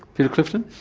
peter clifton?